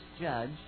judge